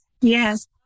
Yes